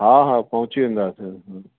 हा हा पहुची वेंदासीं असां